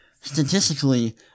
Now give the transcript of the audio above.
statistically